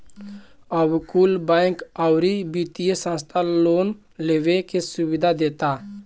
अब कुल बैंक, अउरी वित्तिय संस्था लोन लेवे के सुविधा देता